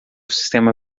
sistema